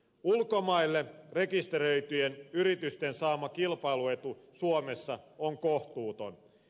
ulkomaille rekisteröityjen yritysten saama kilpailuetu suomessa on kohtuuton